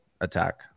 attack